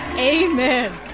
amen.